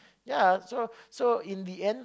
ya so so in the end